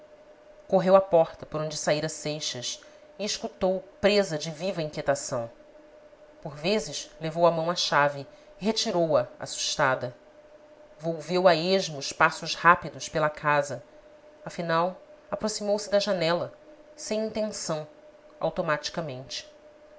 correu à porta por onde saíra seixas e escutou presa de viva inquietação por vezes levou a mão à chave e retirou a assustada volveu a esmo os passos rápidos pela casa afinal aproximou-se da janela sem intenção automaticamente